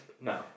no